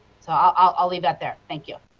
ah ah leave that there, thank you.